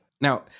Now